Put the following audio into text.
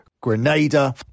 Grenada